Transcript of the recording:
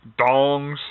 Dongs